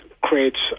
creates